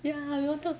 ya we wanted